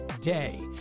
day